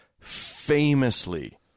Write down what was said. famously